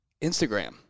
Instagram